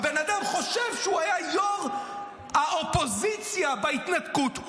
הבן אדם חושב שהוא היה יו"ר האופוזיציה בהתנתקות,